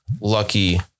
Lucky